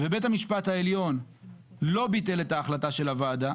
בית המשפט העליון לא ביטל את ההחלטה של הוועדה,